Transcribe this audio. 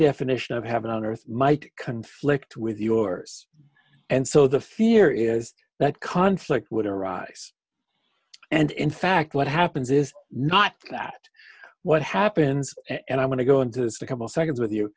definition of heaven on earth might conflict with yours and so the fear is that conflict would arise and in fact what happens is not that what happens and i'm going to go into this a couple seconds with you